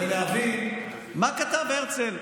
ולהבין מה כתב הרצל,